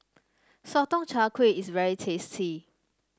Sotong Char Kway is very tasty